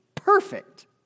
Perfect